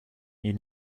you